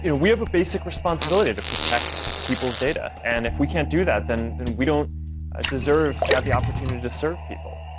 and we have a basic responsibility to protect people's data, and if we can't do that, then we don't ah deserve to have the opportunity to serve people.